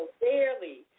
barely